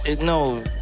No